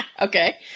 Okay